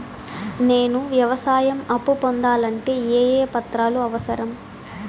నేను వ్యవసాయం అప్పు పొందాలంటే ఏ ఏ పత్రాలు అవసరం?